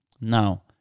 Now